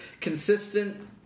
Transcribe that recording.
consistent